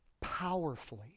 powerfully